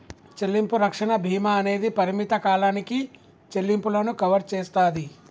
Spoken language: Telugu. చెల్లింపు రక్షణ భీమా అనేది పరిమిత కాలానికి చెల్లింపులను కవర్ చేస్తాది